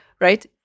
right